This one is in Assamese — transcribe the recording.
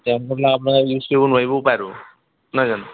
তেওঁলোকৰবিলাক আপোনালোকে ইউজ কৰিব নোৱাৰিবও পাৰেটো নহয় জানো